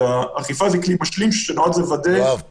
אלא אכיפה זה כלי משלים שנועד לוודא --- יואב,